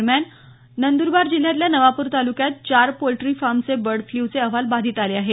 दरम्यान नंदरबार जिल्ह्यातल्या नवापूर तालूक्यात चार पोल्ट्री फार्मचे बर्ड फ्ल्यूचे अहवाल बाधित आले आहेत